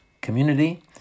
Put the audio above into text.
community